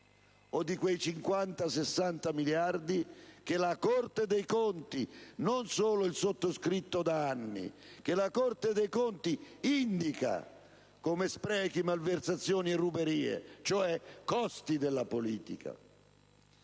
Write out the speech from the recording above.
o di quei 50-60 miliardi che la Corte dei conti - non solo il sottoscritto, da anni - indica come sprechi, malversazioni e ruberie, cioè costi della politica.